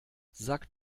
sag